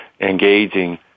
engaging